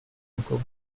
encore